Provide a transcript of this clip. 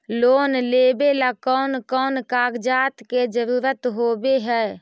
Loan लेबे ला कौन कौन कागजात के जरुरत होबे है?